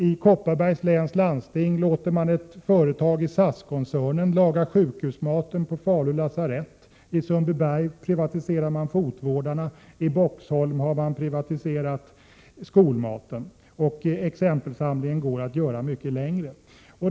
I Kopparbergs läns landsting låter man ett företag i SAS-koncernen laga sjukhusmaten till Falu lasarett. I Sundbyberg privatiserar man fotvården. I Boxholm har man privatiserat skolmaten. Exempelsamlingen går att göra mycket längre.